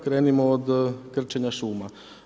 Krenimo od krčenja šuma.